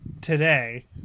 today